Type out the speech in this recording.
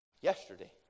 Yesterday